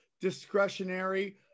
discretionary